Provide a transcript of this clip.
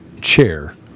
chair